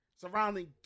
surrounding